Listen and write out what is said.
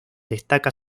destaca